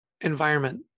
environment